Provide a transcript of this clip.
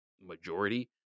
majority